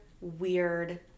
weird